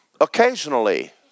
occasionally